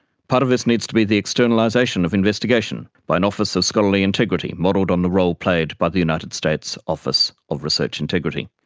part of this needs to be the externalization of investigation by an office of scholarly integrity, modelled on the role played by the united states office of research integrity.